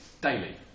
daily